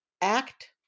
act